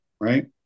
right